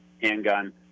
handgun